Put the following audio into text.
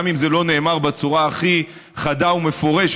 גם אם זה לא נאמר בצורה הכי חדה ומפורשת,